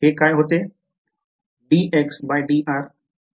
आणि मग हे काय होते